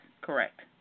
correct